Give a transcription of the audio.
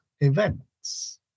events